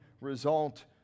result